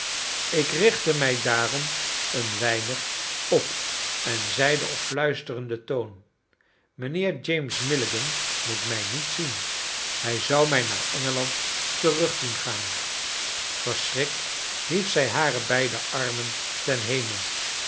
ik richtte mij daarom een weinig op en zeide op fluisterenden toon mijnheer james milligan moet mij niet zien hij zou mij naar engeland terug doen gaan verschrikt hief zij hare beide armen ten hemel